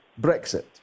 Brexit